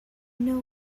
know